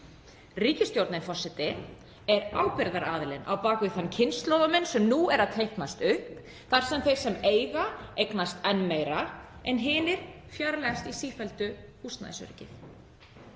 Ríkisstjórnin er ábyrgðaraðilinn á bak við þann kynslóðamun sem nú er að teiknast upp þar sem þeir sem eiga eignast enn meira en hinir fjarlægast í sífellu húsnæðisöryggið.